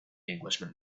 englishman